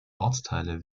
ortsteile